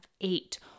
eight